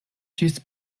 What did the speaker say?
ĝis